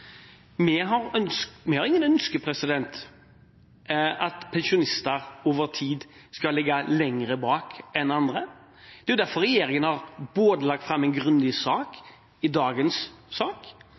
Vi har ingen ønsker om at pensjonister over tid skal ligge lenger bak enn andre. Det er derfor regjeringen både har lagt fram en grundig sak